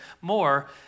more